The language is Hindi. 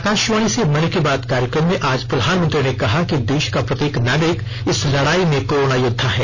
आकाशवाणी से मन की बात कार्यक्रम में आज प्रधानमंत्री ने कहा कि देश का प्रत्येक नागरिक इस लड़ाई में कोरोना योद्वा है